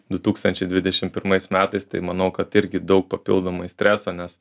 du tūkstančiai dvidešim pirmais metais tai manau kad irgi daug papildomai streso nes